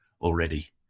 already